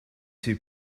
two